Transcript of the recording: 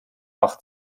wach